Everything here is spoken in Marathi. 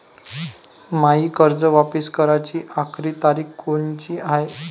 मायी कर्ज वापिस कराची आखरी तारीख कोनची हाय?